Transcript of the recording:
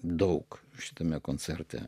daug šitame koncerte